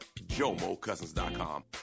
JomoCousins.com